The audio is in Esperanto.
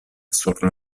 sur